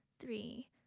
three